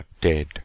dead